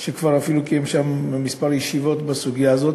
שכבר אפילו קיים שם כמה ישיבות בסוגיה הזאת.